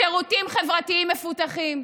בשירותים חברתיים מפותחים,